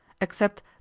except